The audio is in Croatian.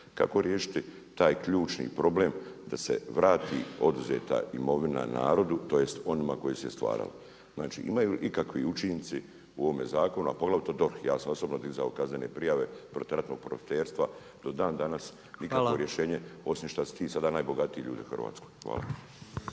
Kako riješiti taj ključni problem da se vrati oduzeta imovina narodu tj. onima koji su je stvarali? Znači imaju li ikakvi učinci u ovome zakonu, a poglavito DORH ja sa osobno dizao kaznene prijave protiv ratnog profiterstva do dan danas nikakvo rješenje osim šta su ti sada najbogatiji ljudi u Hrvatskoj.